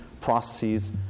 processes